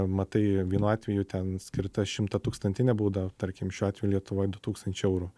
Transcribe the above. matai vienu atveju ten skirta šimtatūkstantinė bauda tarkim šiuo atveju lietuvoj du tūkstančiai eurų